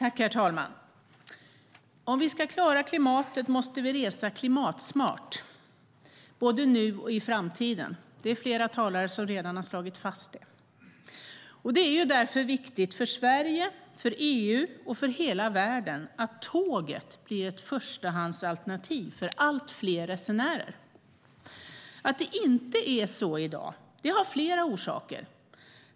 Herr talman! Om vi ska klara klimatet måste vi resa klimatsmart både nu och i framtiden. Det är flera talare som redan har slagit fast det. Det är därför viktigt för Sverige, för EU och för hela världen att tåget är ett förstahandsalternativ för allt fler resenärer. Att det inte är så i dag har flera orsaker.